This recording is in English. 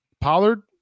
Pollard